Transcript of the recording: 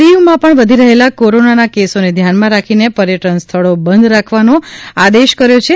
દીવમાં પણ વધી રહેલા કોરોનાના કેસોને ધ્યાનમાં રાખીને પર્યટન સ્થળો બંધ રાખવાનો આદેશ કર્યો છે